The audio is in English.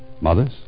Mother's